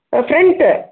front